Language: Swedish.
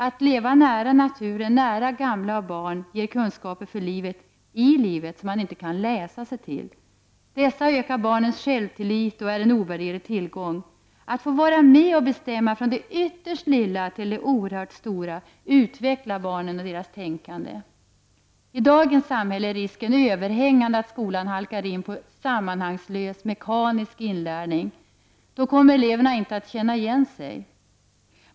Att leva nära naturen, och nära gamla och barn ger kunskaper för livet — i livet — som man inte kan läsa sig till. Dessa kunskaper ökar barnens självtillit och är en ovärderlig tillgång. Att få vara med och bestämma från det ytterst lilla till det oerhört stora utvecklar barnen och deras tänkande. I dagens samhälle är risken överhängande att skolan halkar in i en sammanhangslös mekanisk inlärning. Då kommer eleverna inte att känna igen sig.